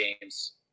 games